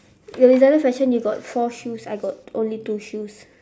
your designer fashion you got four shoes I got only two shoes